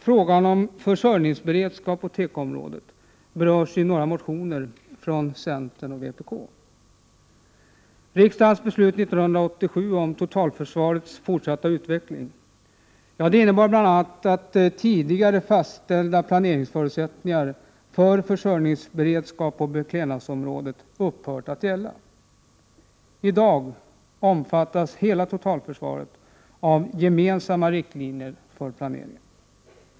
Frågan om försörjningsberedskap på tekoområdet berörs i motioner från centern och vpk. Riksdagens beslut 1987 om totalförsvarets fortsatta utveckling innebär bl.a. att tidigare fastställda planeringsförutsättningar för försörjningsberedskap på beklädnadsområdet upphör att gälla. I dag omfattas hela totalförsvaret av gemensamma riktlinjer för planeringen.